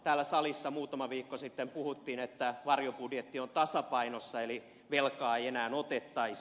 täällä salissa muutama viikko sitten puhuttiin että varjobudjetti on tasapainossa eli velkaa ei enää otettaisi